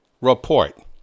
report